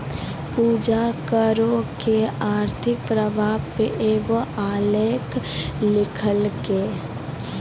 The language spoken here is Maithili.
पूजा करो के आर्थिक प्रभाव पे एगो आलेख लिखलकै